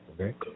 okay